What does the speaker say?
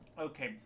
Okay